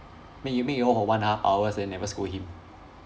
make you make you all walk one and a half hours then never scold him